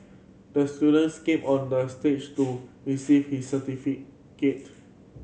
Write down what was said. the student skated on the stage to receive his certificate